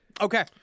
Okay